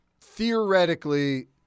theoretically